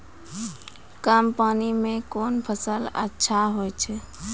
कम पानी म कोन फसल अच्छाहोय छै?